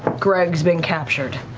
greg's been captured.